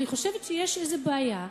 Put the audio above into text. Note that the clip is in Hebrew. אני חושבת שיש בעיה.